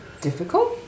difficult